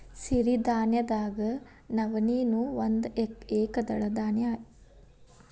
ಸಿರಿಧಾನ್ಯದಾಗ ನವಣೆ ನೂ ಒಂದ ಏಕದಳ ಧಾನ್ಯ ಇದ